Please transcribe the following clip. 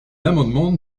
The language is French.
l’amendement